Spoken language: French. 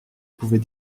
pouvais